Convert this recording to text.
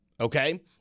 okay